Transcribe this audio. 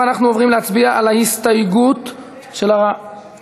האם אנחנו מצביעים על ההסתייגות?